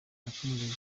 yakomeje